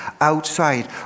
outside